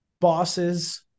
bosses